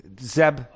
Zeb